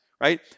right